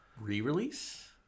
Re-release